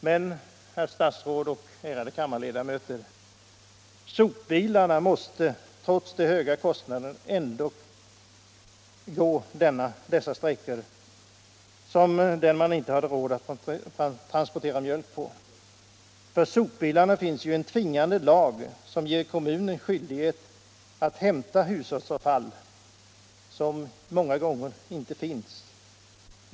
Men, herr statsråd och ärade kammarledamöter, sopbilarna måste trots de höga kostnaderna gå de sträckor som man inte hade råd att transportera mjölk på. När det gäller sopbilarna finns det ju en tvingande lag som ålägger kommunen skyldighet att hämta hushållsavfall, som många gång r ”inte finns”.